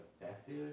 effective